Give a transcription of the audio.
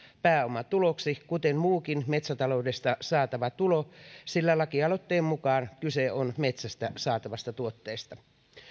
pääomatuloksi kuten muukin metsätaloudesta saatava tulo sillä lakialoitteen mukaan kyse on metsästä saatavasta tuotteesta